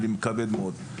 זה נושא כבד מאוד.